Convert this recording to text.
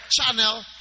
channel